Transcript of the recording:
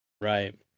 Right